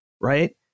right